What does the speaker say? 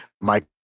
Mike